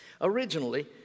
Originally